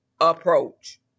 approach